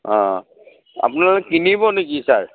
অঁ অঁ আপোনালোকে কিনিব নেকি ছাৰ